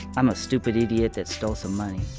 i'm a stupid idiot that stole some money.